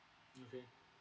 okay